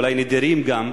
אולי נדירים גם,